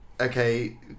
okay